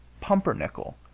pumpernickle,